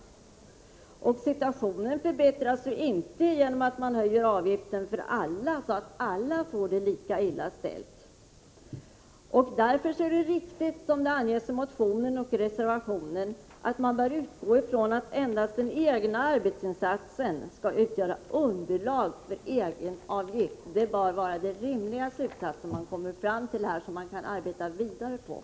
Och situationen förbättras inte genom att man höjer avgiften för alla, så att alla får det lika illa ställt. Därför är det riktigt, som det anges i motionen och i reservationen, att man bör utgå ifrån att endast den egna arbetsinsatsen skall utgöra underlag för egenavgift. Det bör vara den rimliga slutsats som man kommer fram till och som man kan arbeta vidare med.